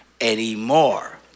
anymore